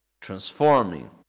transforming